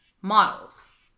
models